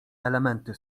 elementy